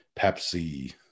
Pepsi